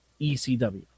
ECW